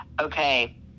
Okay